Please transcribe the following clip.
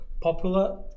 popular